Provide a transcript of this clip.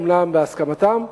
אולי בהסכמתם,